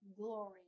glory